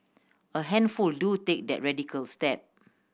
a handful do take that radical step